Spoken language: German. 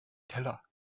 teller